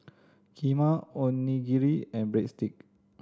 Kheema Onigiri and Breadstick